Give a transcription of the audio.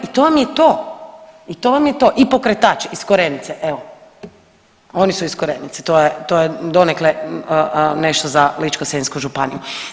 I to vam je to, i to vam je to i pokretač iz Korenice evo, oni su iz Korenice to je donekle nešto za Ličko-senjsku županiju.